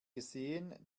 gesehen